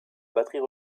batteries